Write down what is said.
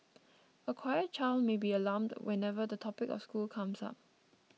a quiet child may be alarmed whenever the topic of school comes up